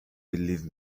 believe